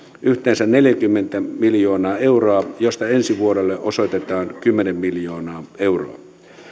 yhteensä neljäkymmentä miljoonaa euroa mistä ensi vuodelle osoitetaan kymmenen miljoonaa euroa